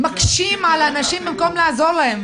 מקשים על האנשים במקום לעזור להם.